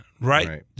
Right